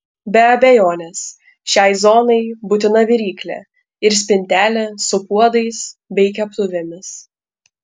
be abejonės šiai zonai būtina viryklė ir spintelė su puodais bei keptuvėmis